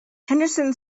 henderson